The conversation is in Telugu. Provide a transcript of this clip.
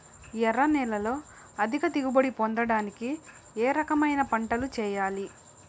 ఎర్ర నేలలో అధిక దిగుబడి పొందడానికి ఏ రకమైన పంటలు చేయాలి?